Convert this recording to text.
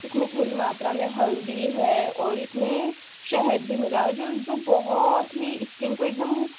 इसमें थोड़ी मात्रा में हल्दी है और इसमें शहद भी मिला है जो जो बहुत ही स्किन को एकदम